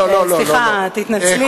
סליחה, תתנצלי.